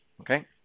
Okay